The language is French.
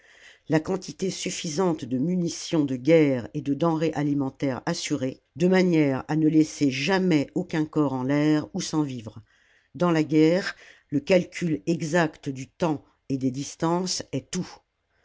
la quantité suffisante de munitions de guerre et de denrées alimentaires assurée de manière à ne laisser jamais aucun corps en l'air ou sans vivres dans la guerre le calcul exact du temps et des distances est tout